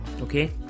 Okay